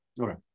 Okay